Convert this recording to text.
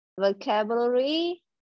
vocabulary